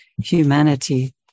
humanity